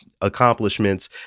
accomplishments